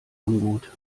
ungut